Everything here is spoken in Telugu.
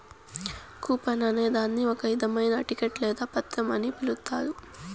కూపన్ అనే దాన్ని ఒక ఇధమైన టికెట్ లేదా పత్రం అని పిలుత్తారు